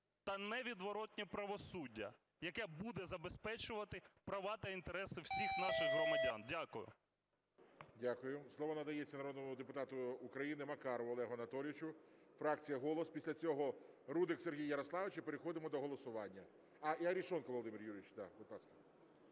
та невідворотне правосуддя, яке буде забезпечувати права та інтереси всіх наших громадян. Дякую. ГОЛОВУЮЧИЙ. Дякую. Слово надається народному депутату України Макарову Олегу Анатолійовичу, фракція "Голос". Після цього Рудик Сергій Ярославович. І переходимо до голосування. А, і Арешонков Володимир Юрійович. Будь ласка.